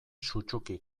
sutsuki